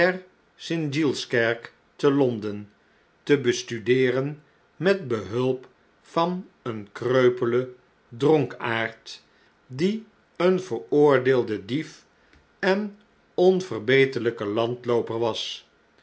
gilleskerk te londen te bestudeeren met hulp van een kreupelen dronkaard die een veroordeelde dief en onverbeterlijke landlooper was